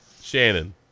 Shannon